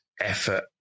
effort